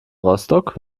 rostock